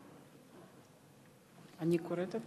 36)